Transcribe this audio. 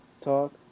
talk